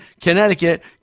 Connecticut